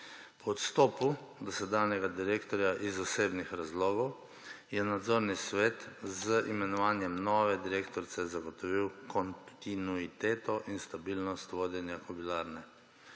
Po odstopu dosedanjega direktorja iz zasebnih razlogov je nadzorni svet z imenovanjem nove direktorice zagotovil kontinuiteto in stabilnost vodenja Kobilarne.